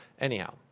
anyhow